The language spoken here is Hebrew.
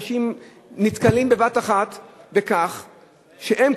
אנשים נתקלים בבת-אחת בכך שהם,